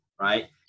right